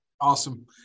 Awesome